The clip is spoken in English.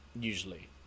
usually